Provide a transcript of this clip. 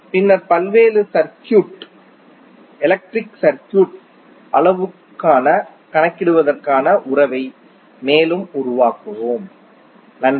பின்னர் பல்வேறு electric circuit அளவுருக்களைக் கணக்கிடுவதற்கான உறவை மேலும் உருவாக்குவோம் நன்றி